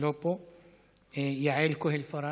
לא פה, יעל כהן-פארן,